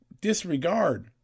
disregard